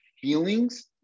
feelings